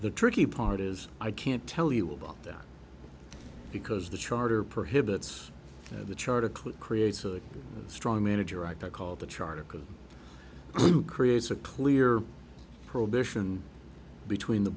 the tricky part is i can't tell you about that because the charter prohibits the chart a click creates a strong manager i call the charter because who creates a clear prohibition between the